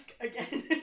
again